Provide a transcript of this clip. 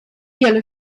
yellow